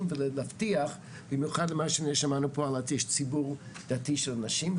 ולהבטיח במיוחד מה שאני שמעתי יש ציבור דתי של נשים.